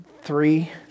three